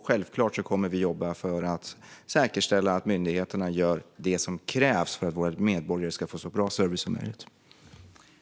Självklart kommer vi att jobba för att säkerställa att myndigheterna gör det som krävs för att våra medborgare ska få så bra service som möjligt.